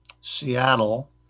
Seattle